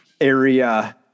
area